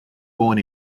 born